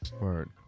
Word